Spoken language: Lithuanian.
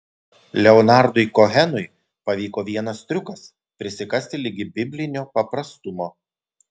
leonardui kohenui pavyko vienas triukas prisikasti ligi biblinio paprastumo